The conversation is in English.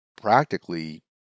practically